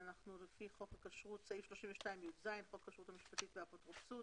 סעיף 32יז לפי חוק הכשרות והאפוטרופסות,